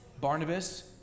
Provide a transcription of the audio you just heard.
Barnabas